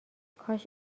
کاش